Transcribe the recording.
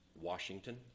Washington